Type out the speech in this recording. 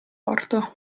orto